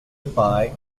goodbye